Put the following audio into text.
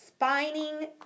spining